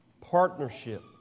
partnership